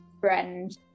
friend